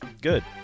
Good